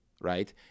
right